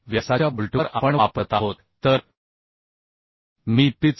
व्यासाच्या बोल्टवर आपण वापरत आहोत तर मी पिच 2